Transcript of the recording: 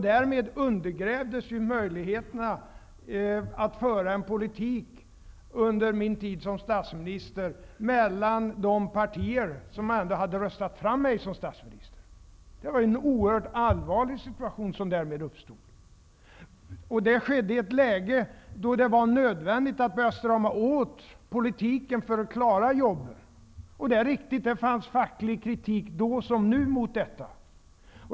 Därmed undergrävdes möjligheterna att föra en politik under min tid som statsminister mellan de partier som ändå hade röstat fram mig som statsminister. Det var därmed en oerhört allvarlig situation som uppstod. Det skedde i ett läge då det var nödvändigt att strama åt politiken för att klara jobben. Det är riktigt att det fanns facklig kritik då som nu mot detta.